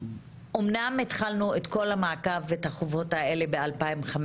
שאמנם התחלנו את כל המעקב ואת החובות האלה ב-2015,